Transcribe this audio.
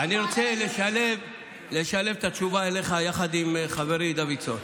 אני רוצה לשלב את התשובה אליך יחד עם התשובה לחברי דוידסון.